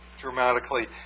dramatically